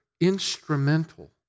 instrumental